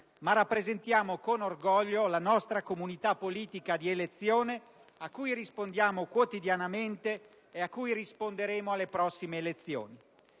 ma rappresentiamo con orgoglio la nostra comunità politica di elezione, cui rispondiamo quotidianamente e cui risponderemo alle prossime elezioni.